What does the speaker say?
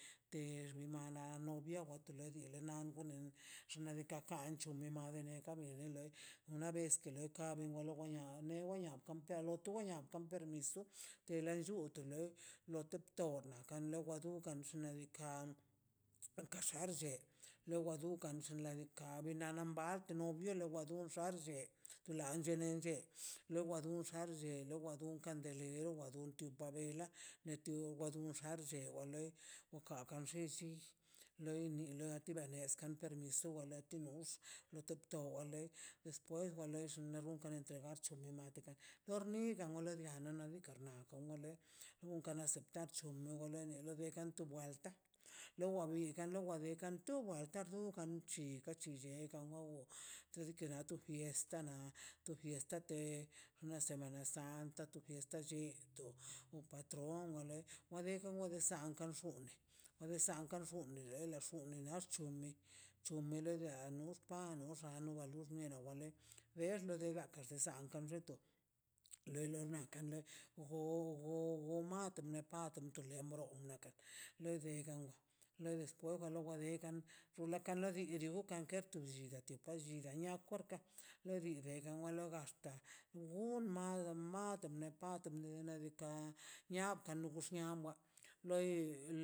Ter mi mala novia wa tu leidi le nan xnaꞌ diika' kanc̱hu mane deka bi len lei una vez ke le teka a wen belez wen bia ne weia no tella to wei to kampermiso te lo nllute le lete topna kan le wa du kan xnaꞌ diikaꞌ kaxarse lowa du kan xnaꞌ diika' bi ḻa mbat novio lo wa du x̱allche du lanche lo wa dun xa lle lo wan du kadelero lo wan du tu ba bela netu wa du xalle wa le oka xan llis ti li ni loa ti ni banez skantermiso lati nus lo top to dei desues valerx rrunkan entre archulema tekan lor nikan wolo gan rnikan rnal onlei unkan aceptarch benilo ben tu ka welta lo ba wi lo ba bin kan du welta du ka chi ka chillieꞌ kan won tu lliki gank fiesta na to fiesta de semana santa tu fiesta chito o patron le wa be le no de sant xoone a de santə fur de les funi axch tu mi chumi le dia no pan no a no ba lur awa wale ver lo de gaka sanka detox leilo nakan wei le go- go- gomapatə mepatə to joxdo nakan le de jawa lo de stoja le de dekan rrula kan lo di di gokan ka betu llidaꞌ tio pa llidaꞌ nia kuerka lo di degan walo gaxta wo mala mato me pato me nadikaꞌ nia lugux nia mo lei.